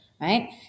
Right